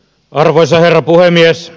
arvoisa herra puhemies